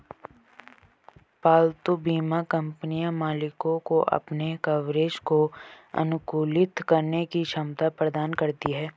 पालतू बीमा कंपनियां मालिकों को अपने कवरेज को अनुकूलित करने की क्षमता प्रदान करती हैं